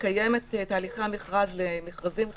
לקיים את תהליכי המכרז למכרזים פומביים,